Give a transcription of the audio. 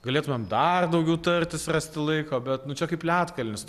galėtumėm dar daugiau tartis rasti laiko bet nu čia kaip ledkalnis